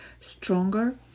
stronger